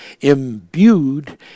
imbued